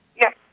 Yes